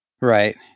Right